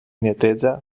neteja